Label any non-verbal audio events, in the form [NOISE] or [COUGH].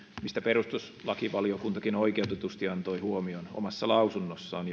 mistä perustuslakivaliokuntakin oikeutetusti antoi huomion omassa lausunnossaan [UNINTELLIGIBLE]